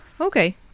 Okay